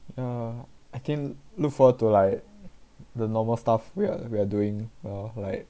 ya I think look forward to like the normal stuff we are we're doing or like